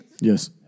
Yes